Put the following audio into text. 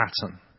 pattern